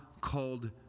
called